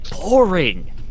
boring